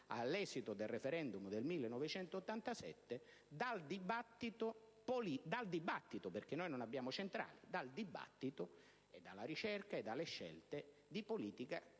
all'esito del *referendum* del 1987 dal dibattito (perché noi non abbiamo centrali), dalla ricerca e dalle scelte di politica economica